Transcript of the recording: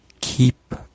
keep